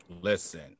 Listen